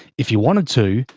if you wanted to,